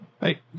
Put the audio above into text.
Hey